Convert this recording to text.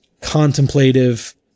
contemplative